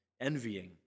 envying